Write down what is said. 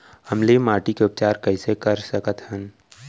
अम्लीय माटी के उपचार कइसे कर सकत हन?